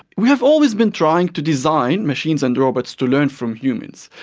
we have always been trying to design machines and robots to learn from humans.